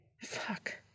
Fuck